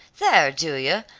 there, julia,